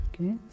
Okay